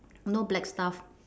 no black stuff